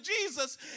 Jesus